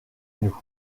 nous